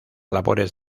labores